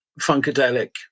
Funkadelic